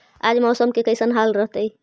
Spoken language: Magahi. आज मौसम के कैसन हाल रहतइ?